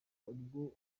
ubwo